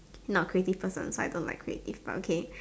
not creative person so I don't like creative stuff but okay